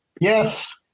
Yes